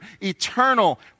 eternal